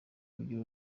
kugira